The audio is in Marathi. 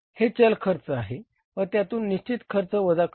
हे चल खर्च आहे व त्यातून निशचित खर्च वजा करूया